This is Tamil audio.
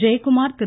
ஜெயகுமார் திரு